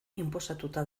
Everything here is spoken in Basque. inposatuta